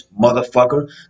motherfucker